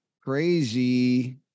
Crazy